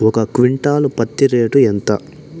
ఒక క్వింటాలు పత్తి రేటు ఎంత?